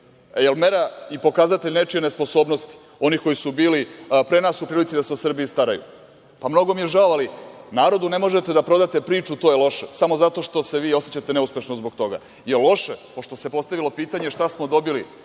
Je li mera i pokazatelj nečije nesposobnosti onih koji su bili pre nas u prilici da se o Srbiji staraju? Pa mnogo mi je žao, ali narodu ne možete da prodate priču – to je loše, samo zato što se vi osećate neuspešno zbog toga. Da li je loše, pošto se postavilo pitanje šta smo dobili,